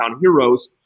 heroes